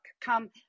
come